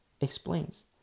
explains